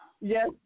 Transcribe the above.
Yes